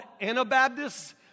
Anabaptists